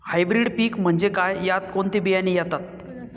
Hybrid पीक म्हणजे काय? यात कोणते बियाणे येतात?